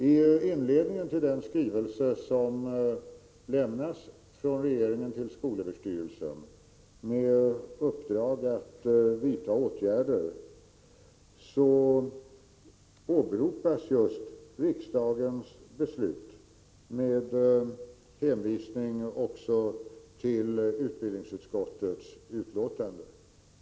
I inledningen till den skrivelse som lämnats från regeringen till skolöverstyrelsen med uppdrag att vidta åtgärder åberopas just riksdagens beslut med hänvisning också till utbildningsutskottets betänkande.